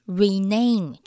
rename